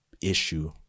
issue